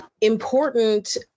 important